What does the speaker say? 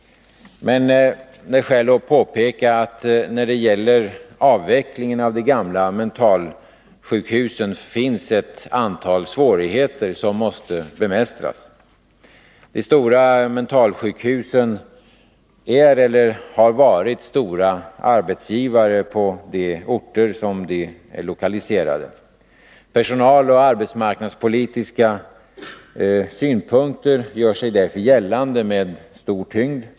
Men det är skäl att påpeka att när det gäller avvecklingen av de gamla mentalsjukhusen finns ett antal svårigheter som måste bemästras. De stora mentalsjukhusen är eller har varit stora arbetsgivare på de orter där de är lokaliserade. Personaloch arbetsmarknadspolitiska synpunkter gör sig därför gällande med stor tyngd.